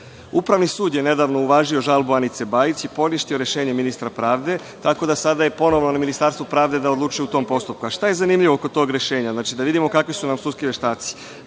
sud je nedavno uvažio žalbu Anice Bajić i poništio rešenje ministra pravde, tako da je sada ponovo na Ministarstvu pravde da odluči o tom postupku. Šta je zanimljivo kod tog rešenja? Da vidimo kakvi su nam sudski veštaci.